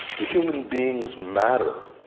do human beings matter?